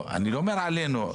אני לא אומר עלינו.